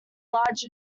large